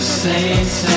saints